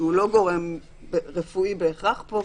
שהוא לא גורם רפואי בהכרח פה,